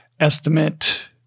estimate